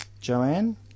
Joanne